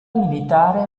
militare